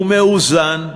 הוא מאוזן,